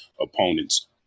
opponents